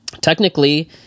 technically